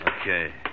Okay